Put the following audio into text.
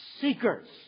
Seekers